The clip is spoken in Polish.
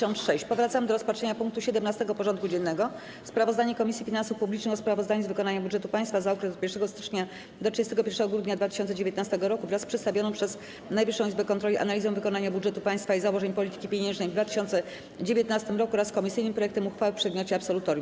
Powracamy do rozpatrzenia punktu 17. porządku dziennego: Sprawozdanie Komisji Finansów Publicznych o sprawozdaniu z wykonania budżetu państwa za okres od 1 stycznia do 31 grudnia 2019 r. wraz z przedstawioną przez Najwyższą Izbę Kontroli analizą wykonania budżetu państwa i założeń polityki pieniężnej w 2019 r. oraz komisyjnym projektem uchwały w przedmiocie absolutorium.